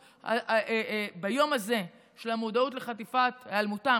ביום הזה של המודעות להיעלמותם,